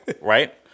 right